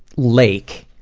lake,